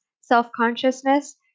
self-consciousness